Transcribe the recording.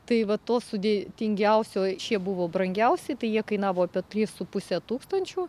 tai va to sudėtingiausio šie buvo brangiausi tai jie kainavo apie trys su puse tūkstančių